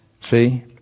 See